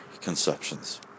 conceptions